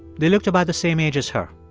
they looked about the same age as her.